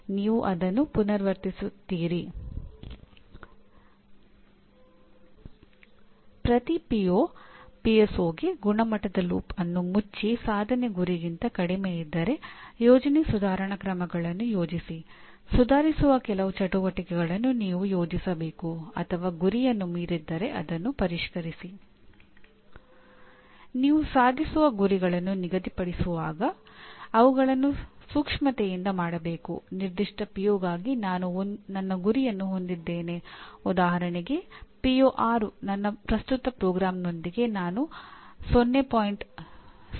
ಆದರೆ ನೀವು ಉತ್ತಮವಾಗಿ ಕಾರ್ಯನಿರ್ವಹಿಸುತ್ತಿದ್ದರೂ ಸಹ ನೀವು ಉತ್ತಮವಾಗಿ ಕಾರ್ಯನಿರ್ವಹಿಸುತ್ತಿದ್ದೀರಿ ಎಂದು ಸಾಬೀತುಪಡಿಸಲು ಪ್ರತಿ ಸಂಸ್ಥೆ ಅಥವಾ ಪ್ರತಿ ಪ್ರೋಗ್ರಾಂ 6 ವರ್ಷಗಳ ನಂತರ ಮಾನ್ಯತೆಯ ಪ್ರಕ್ರಿಯೆಯನ್ನು ಪುನಹ ನಡೆಸಬೇಕು